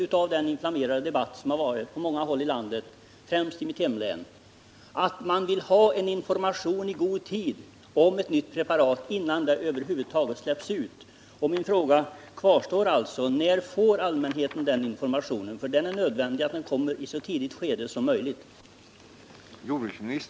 Vi vet av den inflammerade debatt som förekommit på många håll i landet, främst i mitt hemlän, att man vill ha information i god tid om ett nytt preparat innan det över huvud taget släpps ut. Därför kvarstår min fråga: När får allmänheten den informationen? Det är nödvändigt att den kommer i ett så tidigt skede som möjligt.